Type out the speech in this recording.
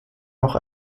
auch